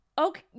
Okay